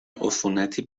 عفونتی